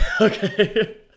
Okay